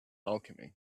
alchemy